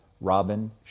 Robin